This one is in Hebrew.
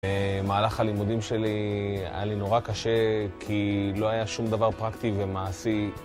במהלך הלימודים שלי היה לי נורא קשה, כי לא היה שום דבר פרקטי ומעשי.